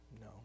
No